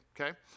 okay